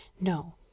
No